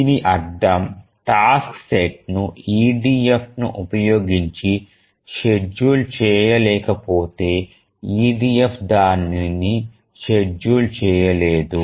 దీని అర్థం task set ను EDFను ఉపయోగించి షెడ్యూల్ చేయలేకపోతే EDF దానిని షెడ్యూల్ చేయలేదు